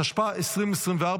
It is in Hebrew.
התשפ"ה 2024,